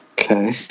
Okay